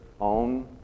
own